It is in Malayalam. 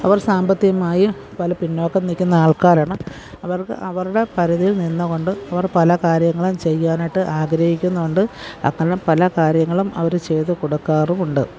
അവർ സാമ്പത്തികമായും പല പിന്നോക്കം നിൽക്കുന്ന ആൾക്കാരാണ് അവർക്ക് അവരുടെ പരിധിയിൽ നിന്നുകൊണ്ട് അവർ പല കാര്യങ്ങളും ചെയ്യാനായിട്ട് ആഗ്രഹിക്കുന്നുണ്ട് അങ്ങനെ പല കാര്യങ്ങളും അവർ ചെയ്തു കൊടുക്കാറുമുണ്ട്